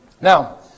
Now